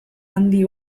handi